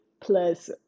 plus